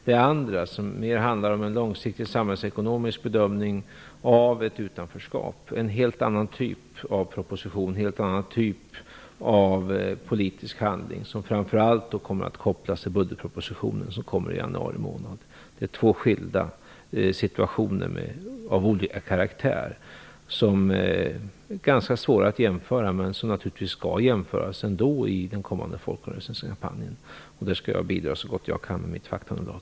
Det andra, som mer handlar om en långsiktig samhällsekonomisk bedömning av ett utanförskap, är en helt annan typ av proposition och av politisk handling, som framför allt kommer att kopplas till budgetpropositionen, som kommer i januari månad. Det är två situationer av olika karaktär, som är ganska svåra att jämföra men som naturligtvis ändå skall jämföras i den kommande folkomröstningskampanjen, och i det sammanhanget skall jag bidra så gott jag kan med mitt faktaunderlag.